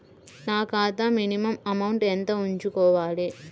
నా ఖాతా minimum amount ఎంత ఉంచుకోవాలి?